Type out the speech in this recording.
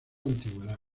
antigüedad